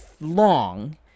long